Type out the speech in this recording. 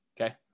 Okay